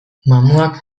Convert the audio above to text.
mamuak